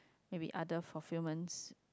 maybe other fulfillment